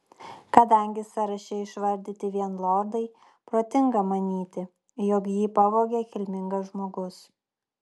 kadangi sąraše išvardyti vien lordai protinga manyti jog jį pavogė kilmingas žmogus